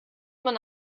man